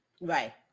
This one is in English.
Right